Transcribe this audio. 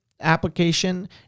application